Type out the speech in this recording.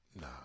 nah